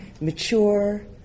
mature